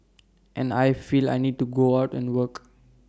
and I feel I need to go out and work